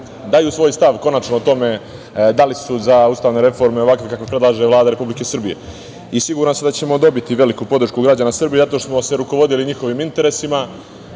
daju svoj stav konačno o tome da li su za ustavne reforme ovakve kakve predlaže Vlada Republike Srbije. Siguran sam da ćemo dobiti veliku podršku građana Srbije, zato što smo se rukovodili njihovim interesima. Šest